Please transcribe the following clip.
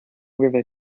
river